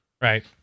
Right